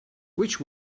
which